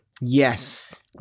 Yes